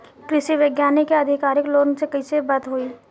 कृषि वैज्ञानिक या अधिकारी लोगन से कैसे बात होई?